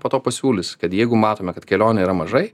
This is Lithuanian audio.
po to pasiūlys kad jeigu matome kad kelionių yra mažai